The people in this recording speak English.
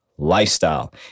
lifestyle